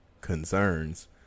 concerns